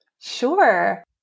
Sure